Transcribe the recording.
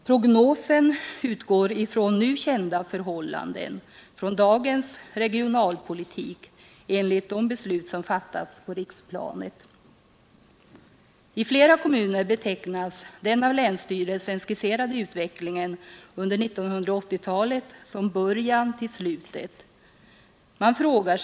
Prognosen utgår från nu kända förhållanden, från dagens regionalpolitik enligt de beslut som fattats på riksplanet. I flera kommuner betecknas den av länsstyrelsen skisserade utvecklingen under 1980-talet som början till slutet.